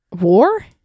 War